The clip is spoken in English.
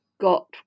got